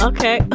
Okay